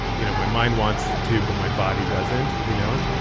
you know, my mind wants to, but my body doesn't. you know,